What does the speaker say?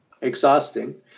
exhausting